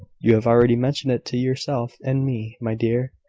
you have already mentioned it to yourself and me, my dear,